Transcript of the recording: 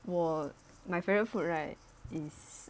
我 my favourite food right is